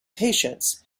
patience